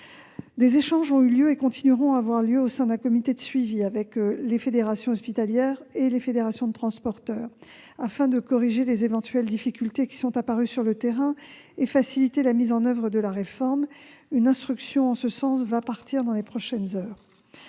Les échanges se poursuivent au sein du comité de suivi avec les fédérations hospitalières et les fédérations de transporteurs, afin de corriger les éventuelles difficultés apparues sur le terrain et de faciliter la mise en oeuvre de la réforme. Une instruction en ce sens va partir dans les prochaines heures.